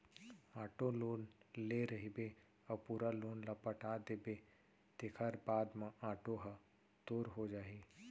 auto loan ले रहिबे अउ पूरा लोन ल पटा देबे तेखर बाद म आटो ह तोर हो जाही